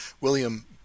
William